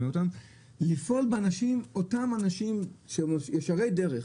לפעול בקרב אותם אנשים שהם ישרי דרך,